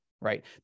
right